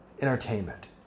entertainment